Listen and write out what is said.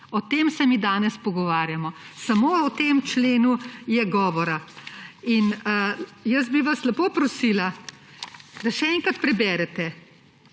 O tem se mi danes pogovarjamo. Samo o tem členu je govora. In jaz bi vas lepo prosila, da še enkrat preberete,